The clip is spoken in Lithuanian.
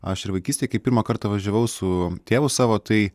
aš ir vaikystėj kai pirmą kartą važiavau su tėvu savo tai